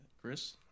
chris